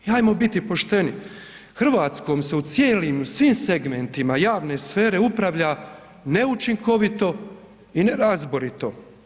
I ajmo biti pošteni, Hrvatskom se u cijelim u svim segmentima javne sfere upravlja neučinkovito i nerazborito.